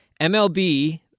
MLB